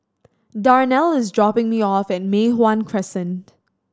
Darnell is dropping me off at Mei Hwan Crescent